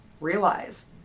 realize